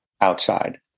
outside